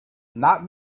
not